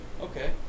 okay